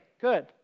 Good